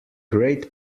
great